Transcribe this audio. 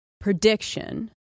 prediction